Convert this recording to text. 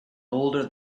older